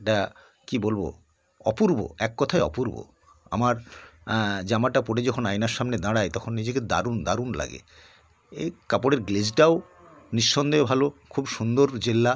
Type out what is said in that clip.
এটা কী বলবো অপূর্ব এক কথায় অপূর্ব আমার জামাটা পরে যখন আয়নার সামনে দাঁড়াই তখন নিজেকে দারুণ দারুণ লাগে এই কাপড়ের গ্লেজটাও নিঃসন্দেহে ভালো খুব সুন্দর জেল্লা